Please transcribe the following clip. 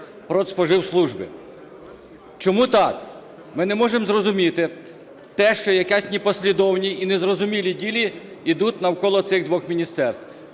продспоживслужби. Чому так? Ми не можемо зрозуміти те, що якісь непослідовні і незрозумілі дії ідуть навколо цих двох міністерств,